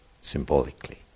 symbolically